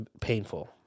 painful